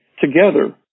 together